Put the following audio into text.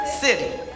city